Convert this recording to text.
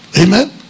amen